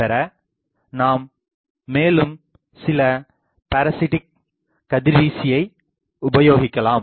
பெற நாம் மேலும் சில பாரசிட்டிக் கதிர்வீசியை உபயோகிக்கலாம்